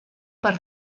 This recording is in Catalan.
per